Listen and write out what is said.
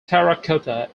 terracotta